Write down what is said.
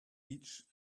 each